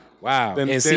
wow